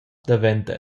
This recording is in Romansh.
daventa